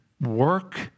work